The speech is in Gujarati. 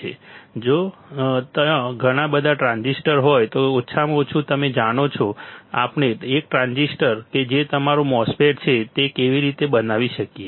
અને જો ત્યાં ઘણા બધા ટ્રાન્ઝિસ્ટર હોય તો ઓછામાં ઓછું તમે જાણો છો કે આપણે એક ટ્રાન્ઝિસ્ટર કે જે તમારું MOSFET છે તે કેવી રીતે બનાવી શકીએ